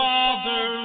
Father